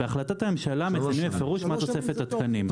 בהחלטת הממשלה מציינים בפירוש מה תוספת התקנים.